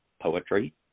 poetry